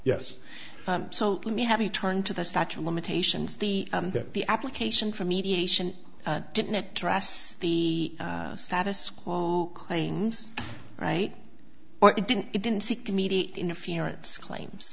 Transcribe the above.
yes so let me have you turned to the statue of limitations the the application for mediation didn't address the status quo claims right or it didn't it didn't seek to mediate interference claims